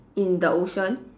in the ocean